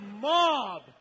mob